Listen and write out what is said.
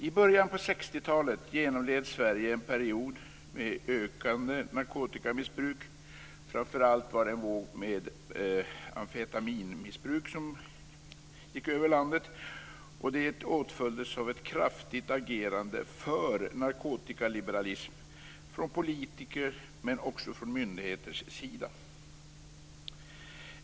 I början av 60-talet genomled Sverige en period med ökande narkotikamissbruk, framför allt var det en våg av amfetaminmissbruk som gick över landet. Detta åtföljdes av ett kraftigt agerande för narkotikaliberalism från politikers men också från myndigheters sida.